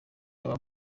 aba